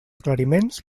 aclariments